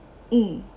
mm